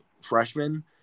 freshman